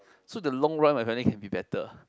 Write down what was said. so the long run my family can be better